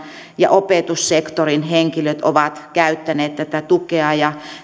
ja opetussektorin henkilöt ovat käyttäneet tätä tukea